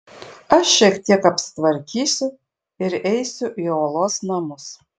aš šiek tiek apsitvarkysiu ir eisiu į uolos namus